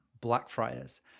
Blackfriars